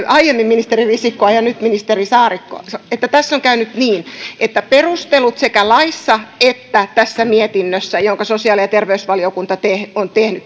aiemmin ministeri risikkoa ja nyt ministeri saarikkoa että tässä on käynyt niin että perustelut sekä laissa että tässä mietinnössä jonka sosiaali ja terveysvaliokunta